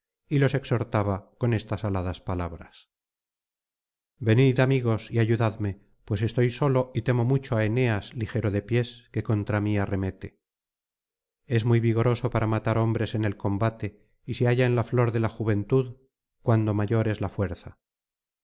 y los exhortaba con estas aladas palabras venid amigos y ayudadme pues estoy solo y temo mucho á eneas ligero de pies que contra mí arremete es muy vigoroso para matar hombres en el combate y se halla en la flor de la juventud cuando mayor es la fuerza